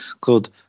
called